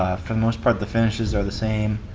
for the most part the finishes are the same.